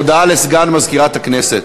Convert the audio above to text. הודעה לסגן מזכירת הכנסת.